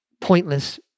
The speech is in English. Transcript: pointless